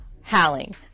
howling